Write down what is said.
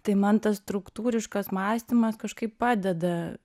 tai man tas struktūriškas mąstymas kažkaip padeda